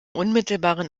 unmittelbaren